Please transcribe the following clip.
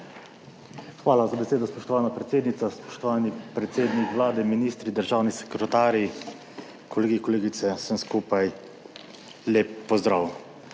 Hvala za besedo, spoštovana predsednica. Spoštovani predsednik Vlade, ministri, državni sekretarji, kolegi, kolegice, vsem skupaj lep pozdrav!